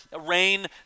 rain